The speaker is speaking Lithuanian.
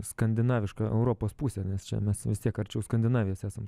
skandinavišką europos pusę nes čia mes vis tiek arčiau skandinavijos esam